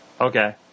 Okay